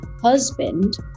husband